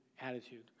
attitude